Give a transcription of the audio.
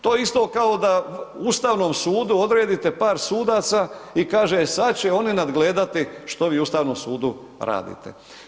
To je isto kao da Ustavnom sudu odredite par sudaca i kaže sad će oni nadgledati što vi u Ustavnom sudu radite.